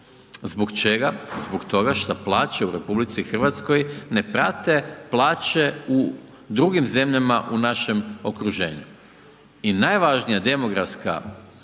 Zbog čega? Zbog toga što plaće u RH ne prate plaće u drugim zemljama u našem okruženju i najvažnija demografska